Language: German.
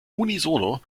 unisono